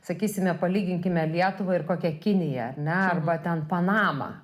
sakysime palyginkime lietuvą ir kokią kiniją ar ne arba ten panamą